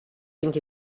vint